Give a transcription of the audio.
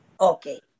Okay